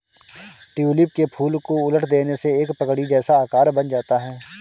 tulip के फूल को उलट देने से एक पगड़ी जैसा आकार बन जाता है